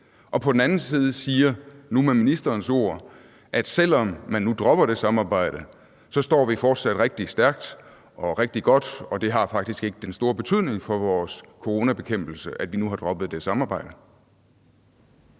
og på den anden side nu med ministerens ord siger, at selv om man nu dropper det samarbejde, står vi fortsat rigtig stærkt og rigtig godt, og at det faktisk ikke har den store betydning for vores coronabekæmpelse, at vi nu har droppet det samarbejde?